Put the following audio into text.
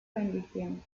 bendición